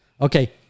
Okay